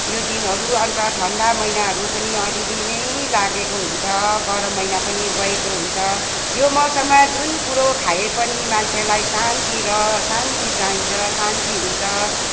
यो दिनहरू अन्त ठन्डा महिनाहरू पनि अलिअलि नै लागेको हुन्छ गरम महिना पनि गएको हुन्छ यो मौसममा जुन कुरो खाए पनि मान्छेलाई शान्ति र शान्ति चाहिन्छ शान्ति हुन्छ